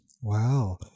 Wow